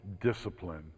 discipline